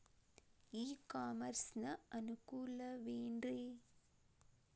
E commerce ನ ಅನುಕೂಲವೇನ್ರೇ?